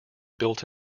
built